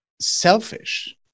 selfish